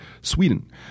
Sweden